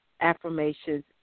affirmations